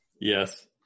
yes